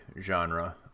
genre